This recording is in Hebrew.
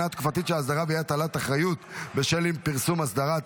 תקופתית של אסדרה ואי-הטלת אחריות בשל אי-פרסום אסדרה),